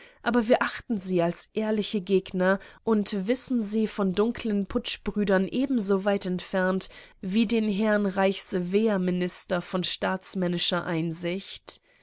aber wir achten sie als ehrliche gegner und wissen sie von dunklen putschbrüdern ebenso weit entfernt wie den herrn reichswehrminister von staatsmännischer einsicht